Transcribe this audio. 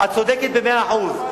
את צודקת במאה אחוז.